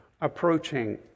approaching